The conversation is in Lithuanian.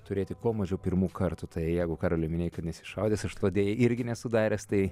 turėti kuo mažiau pirmų kartų tai jeigu karoli minėjai kad nesi šaudęs aš to deja irgi nesu daręs tai